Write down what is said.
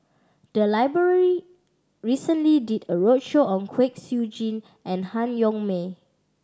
the library recently did a roadshow on Kwek Siew Jin and Han Yong May